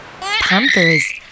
Pampers